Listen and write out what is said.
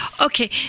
Okay